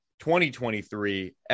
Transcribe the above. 2023